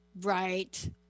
right